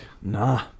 nah